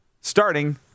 Starting